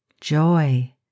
Joy